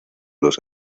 los